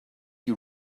you